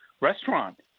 restaurant